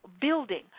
building